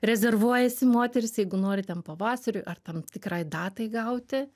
rezervuojasi moterys jeigu nori ten pavasariui ar tam tikrai datai gauti